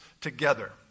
together